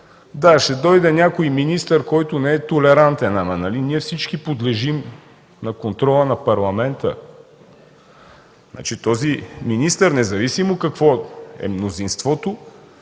да, ще дойде някой министър, който не е толерантен. Ама, нали ние всички подлежим на контрола на Парламента. Този министър, независимо какво е мнозинството,